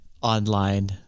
online